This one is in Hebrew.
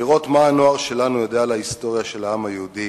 לראות מה הנוער שלנו יודע על ההיסטוריה של העם היהודי,